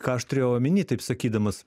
ką aš turėjau omeny taip sakydamas